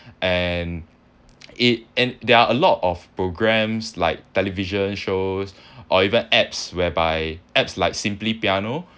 and it and there are a lot of programs like television shows or even apps whereby apps like simply piano